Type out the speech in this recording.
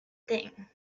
thing